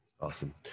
Awesome